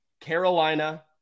Carolina